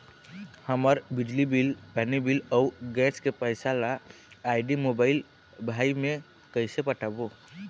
हमर बिजली बिल, पानी बिल, अऊ गैस के पैसा ला आईडी, मोबाइल, भाई मे कइसे पटाबो?